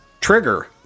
Trigger